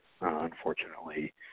unfortunately